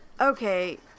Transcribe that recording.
Okay